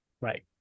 right